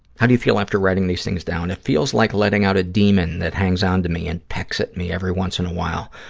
how do you feel after writing these things down? it feels like letting out a demon that hangs on to me and pecks at me every once in a while,